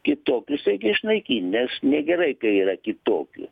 kitokius reikia išnaikint nes negerai kai yra kitokių